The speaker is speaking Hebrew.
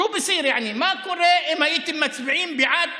(אומר בערבית: מה קורה?) מה קורה אם הייתם מצביעים בעד?